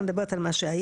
אני מדברת על מה שהיה.